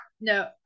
no